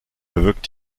bewirkt